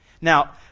Now